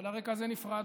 ועל הרקע הזה נפרדנו.